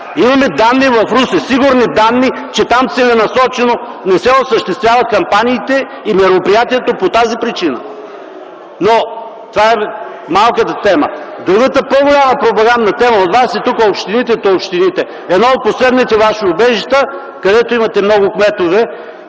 Имаме сигурни данни в Русе, че там целенасочено не се осъществяват кампаниите и мероприятието по тази причина. Но това е малката тема. Другата, по-голяма пропагандна тема от вас тук е общините, та общините! Едно от последните ваши убежища, където имате много кметове